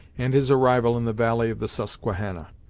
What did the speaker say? and his arrival in the valley of the susquehannah.